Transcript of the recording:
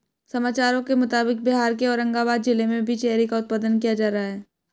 समाचारों के मुताबिक बिहार के औरंगाबाद जिला में भी चेरी का उत्पादन किया जा रहा है